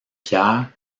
pierre